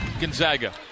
Gonzaga